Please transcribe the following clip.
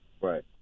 Right